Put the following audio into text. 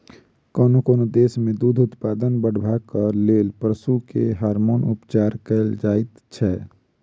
कोनो कोनो देश मे दूध उत्पादन बढ़ेबाक लेल पशु के हार्मोन उपचार कएल जाइत छै